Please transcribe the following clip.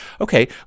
Okay